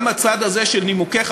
גם הצד הזה של נימוקיך,